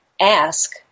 ask